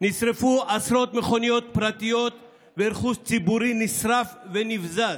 נשרפו עשרות מכוניות פרטיות ורכוש ציבורי נשרף ונבזז.